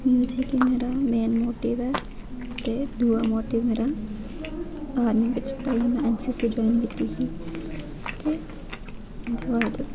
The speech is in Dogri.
म्युजिक ई मेरा मेन मोटिव ऐ ते दूआ मोटिव मेरा आर्मी च जाना ताहीं में एनसीसी ज्वाइन कीती ही ते उत्थुआं बाद